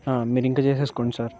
మీరింకా చేసేసుకోండి సార్